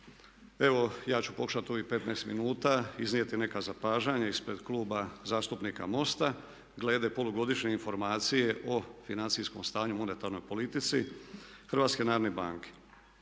Evo ja ću pokušati u ovih 15 minuta iznijeti neka zapažanja ispred Kluba zastupnika MOST-a glede polugodišnje informacije o financijskom stanju u monetarnoj politici HNB-a. Nažalost